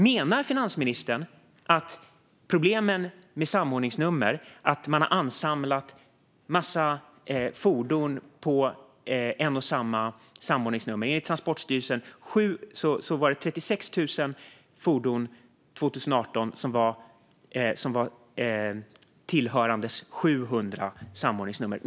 Menar finansministern att problemen med samordningsnummer och att man har ansamlat en massa fordon på ett och samma samordningsnummer inte existerar? Enligt Transportstyrelsen var det 36 000 fordon som 2018 var registrerade på 700 samordningsnummer.